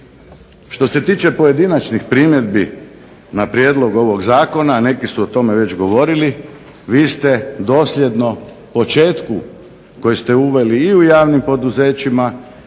Što se tiče pojedinačnih primjedbi na prijedlog ovog zakona neki su o tome već govorili, vi ste dosljedno početku koje ste uveli i u javnim poduzećima